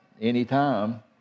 anytime